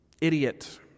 idiot